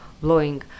blowing